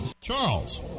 charles